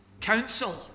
counsel